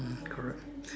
hmm correct